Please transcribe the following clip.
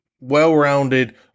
well-rounded